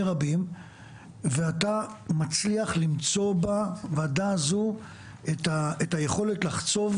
רבים ואתה מצליח למצוא בוועדה הזאת את היכולת לחצוב